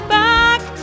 back